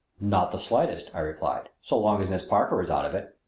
not the slightest, i replied, so long as miss parker is out of it!